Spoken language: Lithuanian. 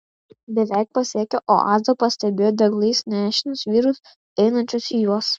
beveik pasiekę oazę pastebėjo deglais nešinus vyrus einančius į juos